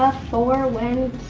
ah four, when,